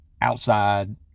outside